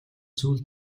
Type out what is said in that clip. зүйл